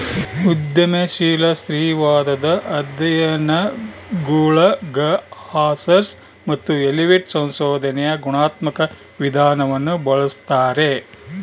ಉದ್ಯಮಶೀಲ ಸ್ತ್ರೀವಾದದ ಅಧ್ಯಯನಗುಳಗಆರ್ಸರ್ ಮತ್ತು ಎಲಿಯಟ್ ಸಂಶೋಧನೆಯ ಗುಣಾತ್ಮಕ ವಿಧಾನವನ್ನು ಬಳಸ್ತಾರೆ